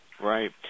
Right